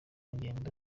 ngendo